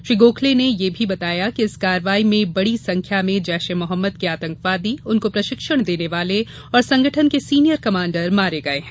श्री गोखले ने यह भी बताया कि इस कार्रवाई में बड़ी संख्या में जैश ए मोहम्मद के आतंकवादी उनको प्रशिक्षण देने वाले और संगठन के सीनियर कमांडर मारे गए हैं